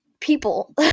people